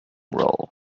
role